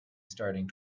starting